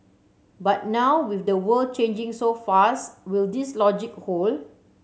but now with the world changing so fast will this logic hold